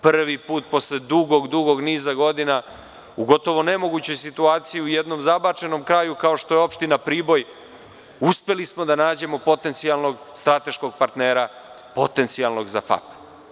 Prvi put posle dugog, dugog niza godina, u gotovo nemogućoj situaciji, u jednom zabačenom kraju, kao što je opština Priboj, uspeli smo da nađemo potencijalnog strateškog partnera, potencijalnog za FAP.